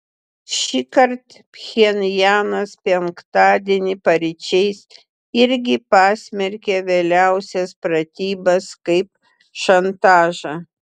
šįkart pchenjanas penktadienį paryčiais irgi pasmerkė vėliausias pratybas kaip šantažą